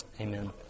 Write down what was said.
Amen